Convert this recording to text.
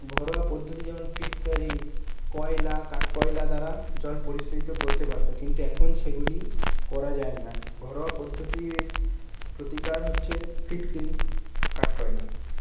ঘরোয়া পদ্ধতি যেমন ফিটকারি কয়লা কাঠকয়লা দ্বারা জল পরিশোধিত করতে পারতো কিন্তু এখন সেগুলি করা যায় না ঘরোয়া পদ্ধতির প্রতিকার হচ্ছে ফিটকিরি কাঠকয়লা